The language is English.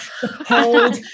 hold